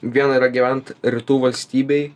viena yra gyvent rytų valstybėj